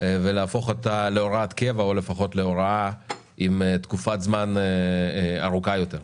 ונהפוך אותה להוראת קבע או לפחות להוראה עם תקופת זמן ארוכה יותר.